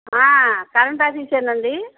current ఆఫీసేనండి